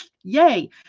Yay